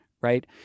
right